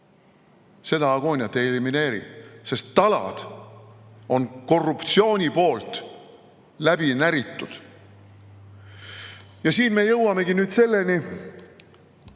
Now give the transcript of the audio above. seda agooniat ei elimineeri, sest talad on korruptsiooni poolt läbi näritud. Siin me jõuamegi selleni,